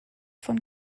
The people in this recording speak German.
von